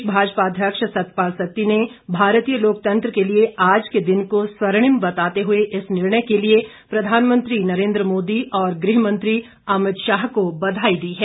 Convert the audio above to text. प्रदेश भाजपा अध्यक्ष सतपाल सत्ती ने भारतीय लोकतंत्र के लिए आज के दिन को स्वर्णिम बताते हुए इस निर्णय के लिए प्रधानमंत्री नरेंद्र मोदी और गृह मंत्री अमित शाह को बधाई दी है